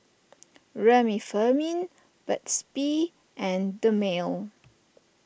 Remifemin Burt's Bee and Dermale